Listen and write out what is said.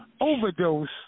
overdose